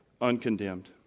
uncondemned